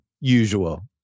usual